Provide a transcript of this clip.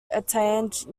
attained